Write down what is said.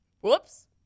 whoops